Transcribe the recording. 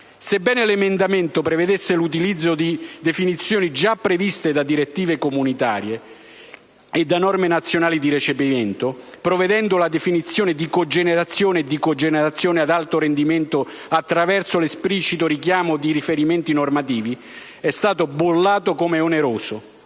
Sebbene l'emendamento prevedesse l'utilizzo di definizioni già previste da direttive comunitarie e da norme nazionali di recepimento, prevedendo la definizione di cogenerazione e di cogenerazione ad alto rendimento attraverso l'esplicito richiamo dei riferimenti normativi, è stato bollato come oneroso.